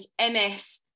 MS